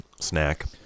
snack